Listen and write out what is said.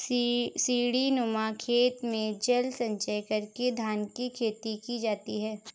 सीढ़ीनुमा खेत में जल संचय करके धान की खेती की जाती है